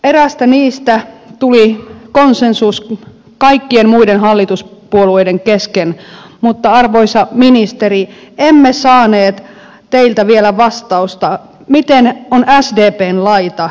eräästä niistä tuli konsensus kaikkien muiden hallituspuolueiden kesken mutta arvoisa ministeri emme saaneet teiltä vielä vastausta miten on sdpn laita